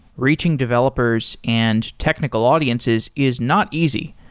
reaching developers and technical audiences is not easy,